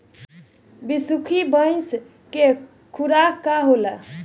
बिसुखी भैंस के खुराक का होखे?